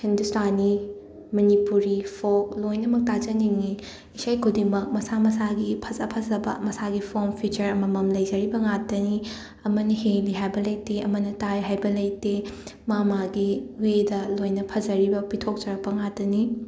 ꯍꯤꯟꯗꯨꯁꯇꯥꯅꯤ ꯃꯅꯤꯄꯨꯔꯤ ꯐꯣꯛ ꯂꯣꯏꯅꯃꯛ ꯇꯥꯖꯅꯤꯡꯉꯤ ꯏꯁꯩ ꯈꯨꯗꯤꯡꯃꯛ ꯃꯁꯥ ꯃꯁꯥꯒꯤ ꯐꯖ ꯐꯖꯕ ꯃꯁꯥꯒꯤ ꯐꯣꯝ ꯐꯤꯆꯔ ꯑꯃꯃꯝ ꯂꯩꯖꯔꯤꯕ ꯉꯥꯛꯇꯅꯤ ꯑꯃꯅ ꯍꯦꯜꯂꯤ ꯍꯥꯏꯕ ꯂꯩꯇꯦ ꯑꯃꯅ ꯇꯥꯏ ꯍꯥꯏꯕ ꯂꯩꯇꯦ ꯃꯥ ꯃꯥꯒꯤ ꯋꯦꯗ ꯂꯣꯏꯅ ꯐꯖꯔꯤꯕ ꯄꯤꯊꯣꯛꯆꯔꯛꯄ ꯉꯥꯛꯇꯅꯤ